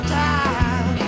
time